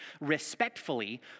respectfully